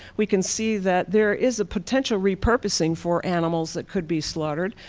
we can see that there is a potential repurposing for animals that could be slaughtered.